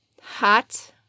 hot